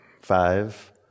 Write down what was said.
Five